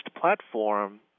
platform